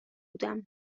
بودم